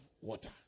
water